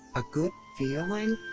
a good feeling?